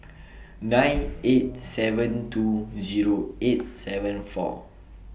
nine eight seven two Zero eight seven four